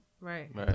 Right